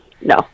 No